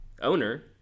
owner